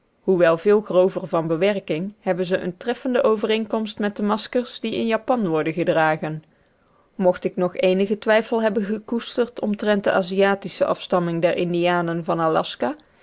hoewel veel grover van bewerking hebben ze eene treffende overeenkomst met de maskers die in japan worden gedragen mocht ik nog eenigen twijfel hebben gekoesterd omtrent de aziatische afstamming der indianen van aljaska